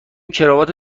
کراوات